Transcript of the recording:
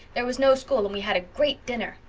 there was no school and we had a great dinner.